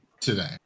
today